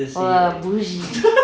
!wah! bullshit